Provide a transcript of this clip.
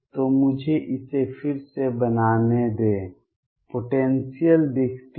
तो मुझे इसे फिर से बनाने दें पोटेंसियल दिखती है